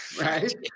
right